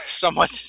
somewhat